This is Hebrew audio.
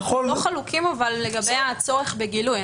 אנחנו לא חלוקים לגבי הצורך בגילוי.